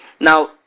now